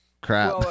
crap